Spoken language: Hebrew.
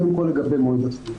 קודם כול לגבי מועד התחולה.